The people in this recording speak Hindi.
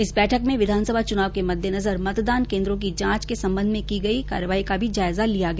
इस बैठक में विधानसभा चुनाव के मद्देनजर मतदान केन्द्रों की जांच के संबंध में की गई कार्रवाई को भी जायजा लिया गया